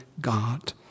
God